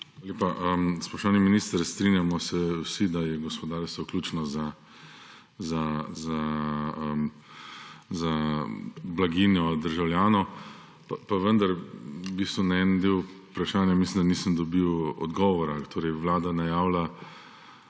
lepa. Spoštovani minister, strinjamo se vsi, da je gospodarstvo ključno za blaginjo državljanov, pa vendar v bistvu na en del vprašanja mislim, da nisem dobil odgovora. Vlada najavlja